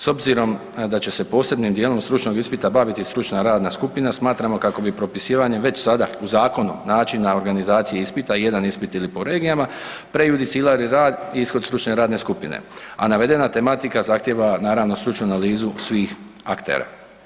S obzirom da će se posebnim dijelom stručnog ispita baviti stručna radna skupina, smatramo kako bi propisivanjem već sada u zakonu načina organizacije ispita, jedan ili po regijama, prejudicirali rad i ishod stručne radne skupine, a navedena tematika zahtjeva naravno, stručnu analizu svih aktera.